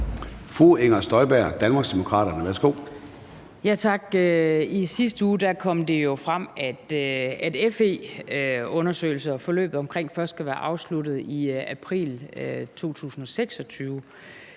Fru Inger Støjberg, Danmarksdemokraterne. Værsgo. Kl. 13:06 Inger Støjberg (DD): Tak. I sidste uge kom det jo frem, at en undersøgelse om FE-forløbet først skal være afsluttet i april 2026,